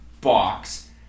box